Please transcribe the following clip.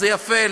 זה יפה,